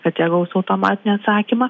kad jie gaus automatinį atsakymą